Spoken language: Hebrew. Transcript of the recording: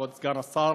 כבוד סגן השר,